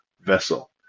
vessel